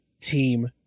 team